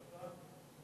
עוד פעם?